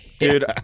Dude